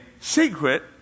secret